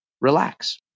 relax